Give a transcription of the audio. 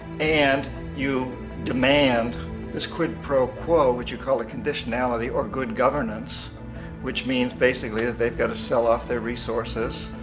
and you demand this quid pro quo what you call a conditionality or good governance which means basically that they got to sell off their resources,